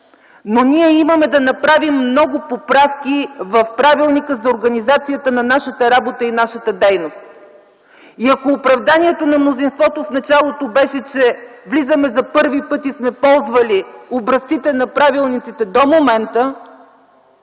но ние имаме да направим много поправки в правилника за организацията на нашата работа и нашата дейност. Ако оправданието на мнозинството в началото беше, че влизаме за първи път и сме ползвали образците на правилниците до момента,